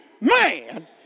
man